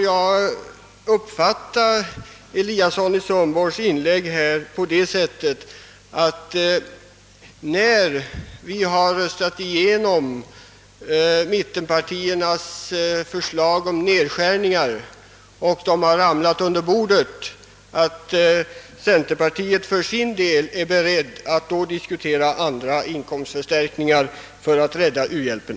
Jag uppfattar herr Eliassons inlägg så att centerpartiet är berett att, när vi har röstat om mittenpartiernas nedskärningsförslag och de har fallit under bordet, diskutera andra inkomstförstärkningar för att rädda u-hjälpen.